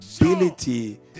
ability